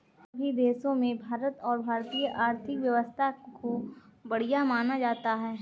सभी देशों में भारत और भारतीय आर्थिक व्यवस्था को बढ़िया माना जाता है